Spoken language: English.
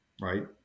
right